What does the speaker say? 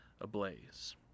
ablaze